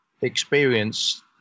experience